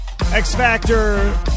X-Factor